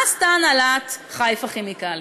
מה עשתה הנהלת "חיפה כימיקלים"?